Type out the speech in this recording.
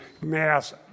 mass